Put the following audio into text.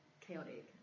chaotic